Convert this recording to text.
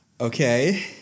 Okay